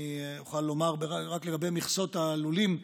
אני אוכל לומר רק לגבי מכסות הלולים,